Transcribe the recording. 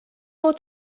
more